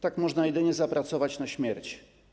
Tak można jedynie zapracować na śmierć.